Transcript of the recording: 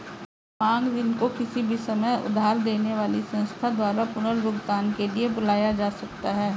मांग ऋण को किसी भी समय उधार देने वाली संस्था द्वारा पुनर्भुगतान के लिए बुलाया जा सकता है